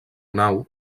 nau